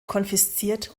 konfisziert